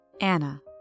Anna